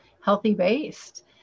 healthy-based